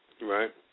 Right